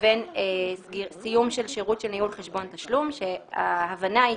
לבין סיום של שירות של ניהול חשבון תשלום וההבנה היא